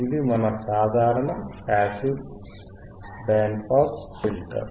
ఇది మన సాధారణ పాసివ్ బ్యాండ్ పాస్ ఫిల్టర్